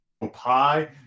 Pie